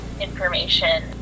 information